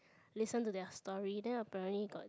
listen to their story then apparently got